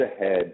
ahead